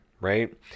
right